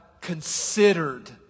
considered